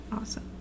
Awesome